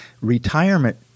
retirement